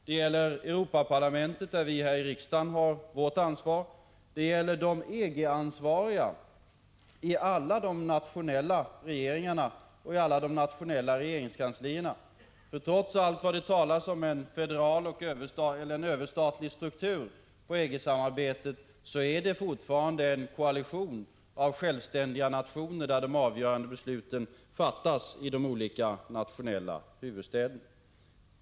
Det gäller Europaparlamentet, där vi här i riksdagen har vårt ansvar. Det gäller de EG-ansvariga i alla de nationella regeringarna och alla de nationella regeringskanslierna. Trots allt som sägs om en federal och överstatlig struktur inom EG-arbetet är EG fortfarande en koalition av självständiga nationer där de avgörande besluten fattas i de olika nationella huvudstäderna.